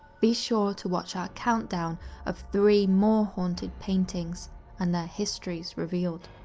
be sure to watch our countdown of three more haunted paintings and their histories revealed.